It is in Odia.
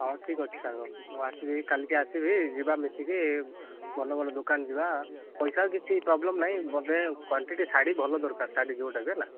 ହଁ ଠିକ୍ଅଛି ସାଙ୍ଗ ମୁଁ ଆସିବି କାଲିକି ଆସିବି ଯିବା ମିଶିକି ଭଲ ଭଲ ଦୋକାନ ଯିବା ପଇସା କିଛି ପ୍ରୋବ୍ଲେମ୍ ନାଇଁ ମୋତେ କ୍ଵାଣ୍ଟିଟି ଶାଢ଼ୀ ଭଲ ଦରକାର ଶାଢ଼ୀ ଯୋଉଟା ବି ହେଲା